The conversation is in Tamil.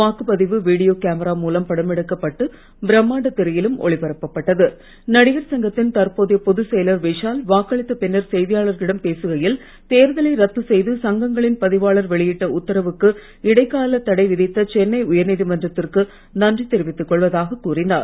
வாக்குபதிவு வீடியோ கேமிரா மூலம் படமெடுக்கப்பட்டு பிரமாண்ட திரையிலும் ஒளிபரப்ப பட்டது தடிகர் சங்கத்தின் தற்போதைய பொதுச் செயலர் விஷால் வாக்களித்த பின்னர் செய்தியாளர்களிடம் பேசுகையில் தேர்தலை ரத்து செய்து சங்கங்களின் பதிவாளர் வெளியிட்ட உத்தாவுக்கு இடைக்கால தடை விதித்த சென்னை உயர்நீதிமன்றத்திற்கு நன்றி தெரிவித்து கொள்வதாக கூறினார்